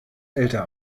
älter